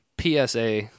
psa